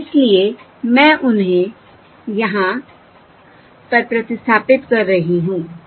इसलिए मैं उन्हें यहाँ पर प्रतिस्थापित कर रही हूँ